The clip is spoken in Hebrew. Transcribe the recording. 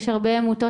יש הרבה עמותות,